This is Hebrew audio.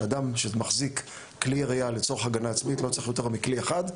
שאדם שמחזיק כלי ירייה לצורך הגנה עצמית לא צריך יותר מכלי אחד,